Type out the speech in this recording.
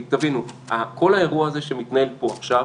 כי תבינו, כל האירוע הזה שמתנהל פה עכשיו,